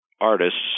artists